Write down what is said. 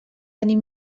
tenir